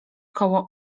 koło